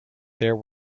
there